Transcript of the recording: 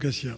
Cassien.